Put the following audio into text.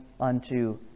unto